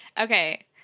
Okay